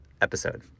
episode